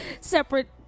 separate